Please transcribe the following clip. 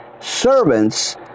Servants